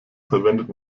verwendet